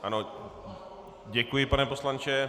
Ano, děkuji, pane poslanče.